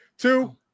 Two